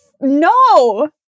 No